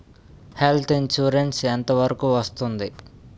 Health insurance ఎంత వరకు వస్తుంది?